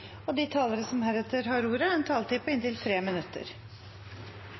omme. De talere som heretter får ordet, har en taletid på inntil 3 minutter.